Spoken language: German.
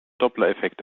dopplereffekt